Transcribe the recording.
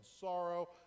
sorrow